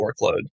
workload